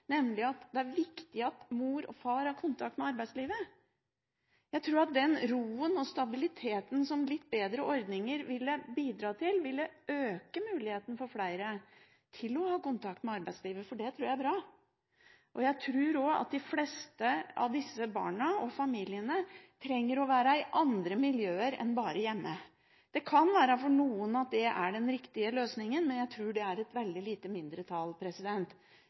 nemlig at det er viktig at mor og far har kontakt med arbeidslivet. Jeg tror at den roen og stabiliteten som litt bedre ordninger ville bidratt til, ville økt muligheten for flere til å ha kontakt med arbeidslivet, og det tror jeg er bra. Jeg tror også at de fleste av disse barna og familiene trenger å være i andre miljøer enn bare hjemme. Det kan være at det for noen er den riktige løsningen, men jeg tror at det gjelder et veldig lite mindretall.